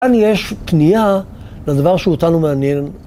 כאן יש פנייה לדבר שהוא אותנו מעניין.